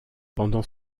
pendant